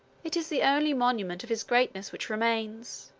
it is the only monument of his greatness which remains.